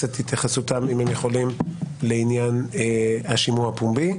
לעניין השימוע הפומבי.